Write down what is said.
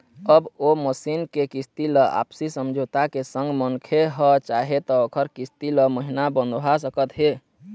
अब ओ मसीन के किस्ती ल आपसी समझौता के संग मनखे ह चाहे त ओखर किस्ती ल महिना बंधवा सकत हे